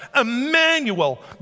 Emmanuel